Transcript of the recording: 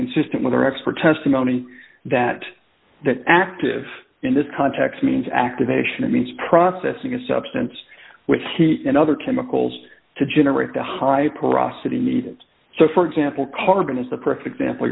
consistent with our expert testimony that that active in this context means activation it means processing a substance which he and other chemicals to generate the hyper hasta the need so for example carbon is the perfect sample